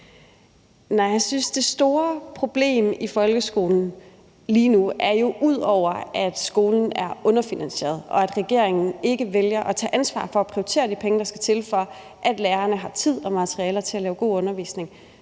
Nej, jeg synes, det store problem i folkeskolen lige nu, ud over at skolen er underfinansieret og at regeringen ikke vælger at tage ansvar for at prioritere de penge, der skal til, for at lærerne har tid og materialer til at lave god undervisning,